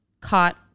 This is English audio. caught